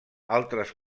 altres